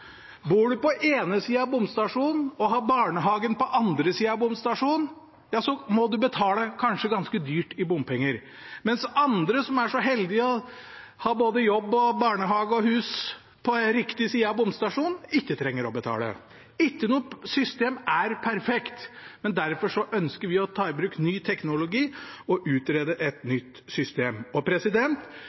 Bor en på ene sida av bomstasjonen og har barnehagen på andre sida av bomstasjonen, må en kanskje betale dyrt i bompenger, mens de som er så heldig å ha både jobb, barnehage og hus på riktig side av bomstasjonen, ikke trenger å betale. Ikke noe system er perfekt, men derfor ønsker vi å ta i bruk ny teknologi og utrede et nytt system.